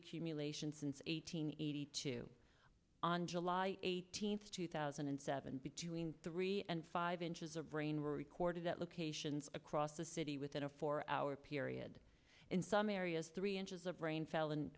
accumulation since eight hundred eighty two on july eighteenth two thousand and seven between three and five inches of rain recorded at locations across the city within a four hour period in some areas three inches of rain fell in